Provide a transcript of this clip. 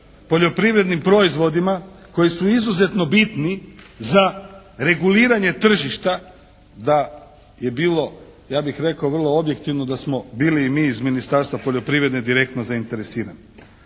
poljoprivrednim proizvodima koji su izuzetno bitni za reguliranje tržišta. Da je bilo ja bih rekao vrlo objektivno da smo bili i mi iz Ministarstva poljoprivrede direktno zainteresirani.